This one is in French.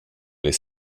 les